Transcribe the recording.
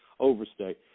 overstay